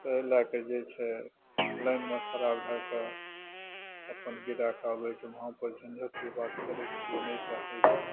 एहि लैके जे छै लाइनमे खड़ा भएके अपन गिरैके आबै छै वहाँपर झंझटि भी बात करैके नहि चाहै छै